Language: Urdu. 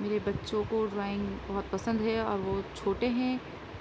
میرے بچوں کو ڈرائنگ بہت پسند ہے اور وہ چھوٹے ہیں